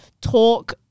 talk